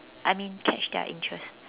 I mean catch their interest